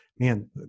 Man